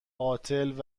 قاتل